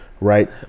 right